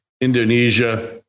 Indonesia